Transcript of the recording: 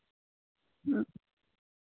ᱦᱩᱸ